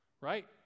right